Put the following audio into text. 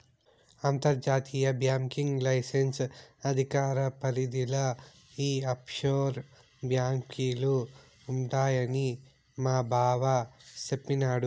అంతర్జాతీయ banking licence అధికార పరిదిల ఈ ఆప్షోర్ బాంకీలు ఉండాయని మాబావ సెప్పిన్నాడు